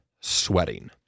sweating